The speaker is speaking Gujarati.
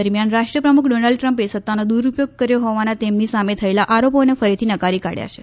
દરમિયાન રાષ્ટ્રપ્રમુખ ડોનાલ્ડ ટ્રમ્પે સત્તાનો દુરૂપયોગ કર્યો હોવાના તેમની સામે થયેલા આરોપોને ફરીથી નકારી કાઢ્યા છે